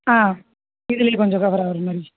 ஆ இதுல கொஞ்சம் கவர் ஆவுரமாரி